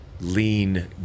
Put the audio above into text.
lean